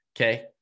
okay